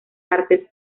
artes